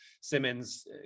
Simmons